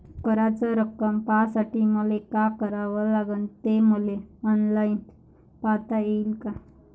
कराच रक्कम पाहासाठी मले का करावं लागन, ते मले ऑनलाईन पायता येईन का?